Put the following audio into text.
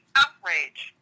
outrage